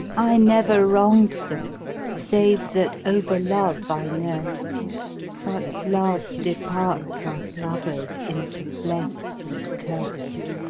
i never wronged them save that over love i nurst but love departs us lovers into blest and curst.